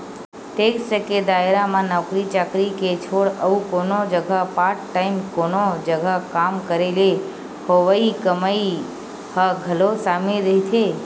tax के दायरा म नौकरी चाकरी के छोड़ अउ कोनो जघा पार्ट टाइम कोनो जघा काम करे ले होवई कमई ह घलो सामिल रहिथे